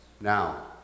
Now